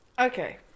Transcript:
Okay